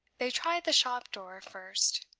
they tried the shop door first.